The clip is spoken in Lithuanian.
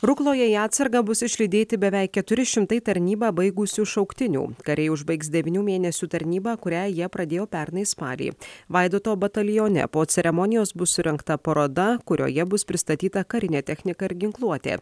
rukloje į atsargą bus išlydėti beveik keturi šimtai tarnybą baigusių šauktinių kariai užbaigs devynių mėnesių tarnybą kurią jie pradėjo pernai spalį vaidoto batalione po ceremonijos bus surengta paroda kurioje bus pristatyta karinė technika ir ginkluotė